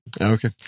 Okay